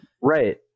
right